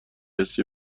حسی